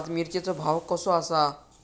आज मिरचेचो भाव कसो आसा?